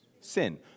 Sin